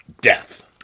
death